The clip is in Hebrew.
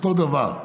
אותו דבר,